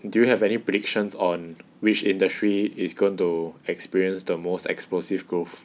do you have any predictions on which industry is going to experience the most explosive growth